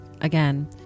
again